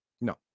No